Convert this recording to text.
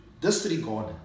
disregard